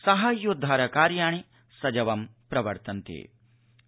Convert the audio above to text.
साहाय्योद्वार कार्याणि सजवं प्रवर्तन्ते